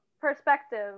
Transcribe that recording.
perspective